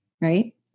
Right